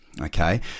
okay